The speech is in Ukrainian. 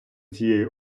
цієї